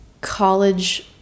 college